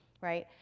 right